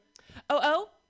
Oh-oh